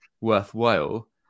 worthwhile